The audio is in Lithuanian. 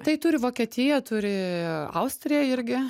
tai turi vokietija turi austrija irgi